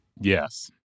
Yes